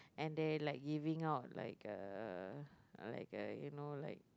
and they like giving like uh like uh you know like